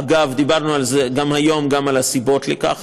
אגב, דיברנו גם על זה היום, גם על הסיבות לכך.